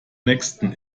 nächsten